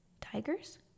Tigers